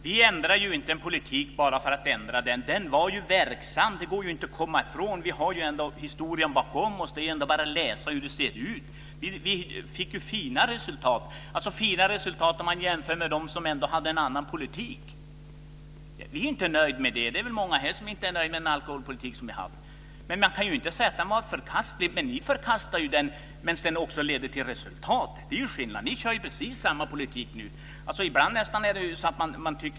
Fru talman! Vi ändrar inte en politik bara för att ändra den. Den var verksam, det går inte att komma ifrån. Vi har ju historien bakom oss. Det är bara att läsa hur den ser ut. Vi fick fina resultat jämfört med dem som hade en annan politik, men vi är inte nöjda med det. Det är många som inte är nöjda med den alkoholpolitik som vi har haft. Men man kan inte säga att den är förkastlig. Ni förkastar den, men den leder också till resultat. Det är skillnaden. Ni kör precis samma politik nu.